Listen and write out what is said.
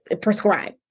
prescribe